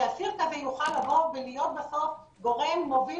שאסיר כזה יוכל להיות בסוף גורם מוביל